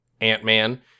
Ant-Man